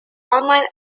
online